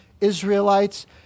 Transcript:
Israelites